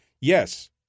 yes